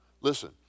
Listen